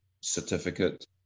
certificate